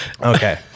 okay